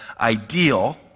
ideal